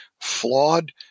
flawed